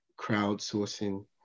crowdsourcing